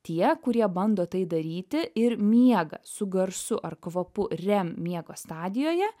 tie kurie bando tai daryti ir miega su garsu ar kvapu rem miego stadijoje